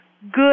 good